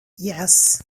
yes